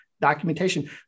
documentation